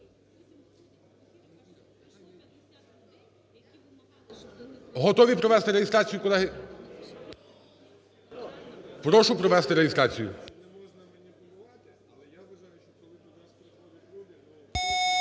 Готові провести реєстрацію, колеги? Прошу провести реєстрацію.